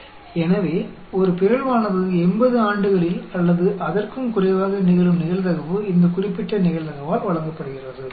எனவே ஒரு பிறழ்வானது 80 ஆண்டுகளில் அல்லது அதற்கும் குறைவாக நிகழும் நிகழ்தகவு இந்த குறிப்பிட்ட நிகழ்தகவால் வழங்கப்படுகிறது